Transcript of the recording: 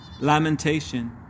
lamentation